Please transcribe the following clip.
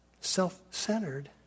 self-centered